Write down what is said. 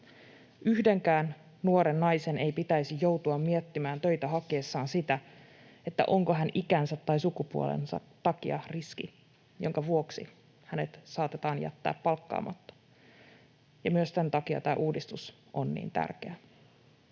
Yhdenkään nuoren naisen ei pitäisi joutua miettimään töitä hakiessaan sitä, onko hän ikänsä tai sukupuolensa takia riski, jonka vuoksi hänet saatetaan jättää palkkaamatta. Myös tämän takia tämä uudistus on niin tärkeä.